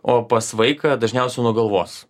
o pas vaiką dažniausia nuo galvos